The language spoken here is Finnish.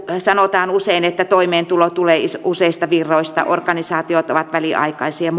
sanotaan usein että toimeentulo tulee useista virroista organisaatiot ovat väliaikaisia